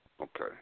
Okay